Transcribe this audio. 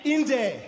Inde